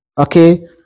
okay